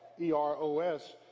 E-R-O-S